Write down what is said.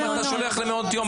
אם אתה שולח למעונות יום,